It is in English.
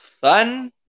fun